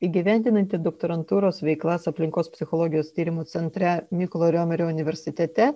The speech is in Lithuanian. įgyvendinanti doktorantūros veiklas aplinkos psichologijos tyrimų centre mykolo riomerio universitete